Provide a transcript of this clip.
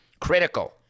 Critical